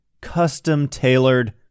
custom-tailored